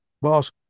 boss